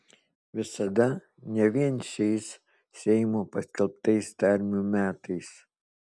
visada ne vien šiais seimo paskelbtais tarmių metais